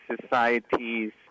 societies